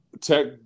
Tech